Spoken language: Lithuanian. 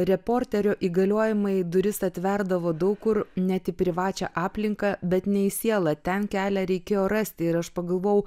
reporterio įgaliojimai duris atverdavo daug kur ne į privačią aplinką bet ne į sielą ten kelią reikėjo rasti ir aš pagalvojau